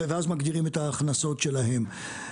ואז מגדירים את ההכנסות שלהם.